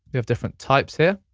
we have different types here.